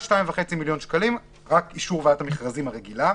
2.5 מיליון שקלים רק אישור ועדת המכרזים הרגילה,